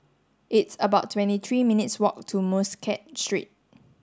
it's about twenty three minutes' walk to Muscat Street